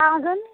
চাওচোন